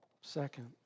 Second